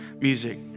music